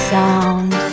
Sound